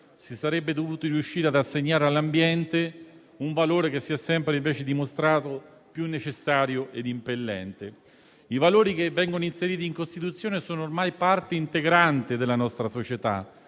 si sarebbe dovuto riuscire ad assegnare all'ambiente un valore che si è sempre dimostrato più necessario e impellente. I valori che vengono inseriti in Costituzione sono ormai parte integrante della nostra società